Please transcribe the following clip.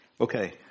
Okay